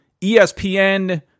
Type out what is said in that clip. ESPN